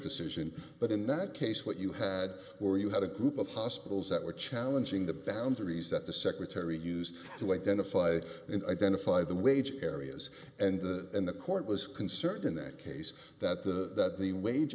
decision but in that case what you had where you had a group of hospitals that were challenging the boundaries that the secretary used to identify and identify the wage areas and the and the court was concerned in that case that the that the wage